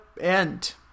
end